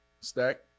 Stack